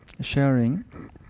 sharing